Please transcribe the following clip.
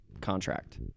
contract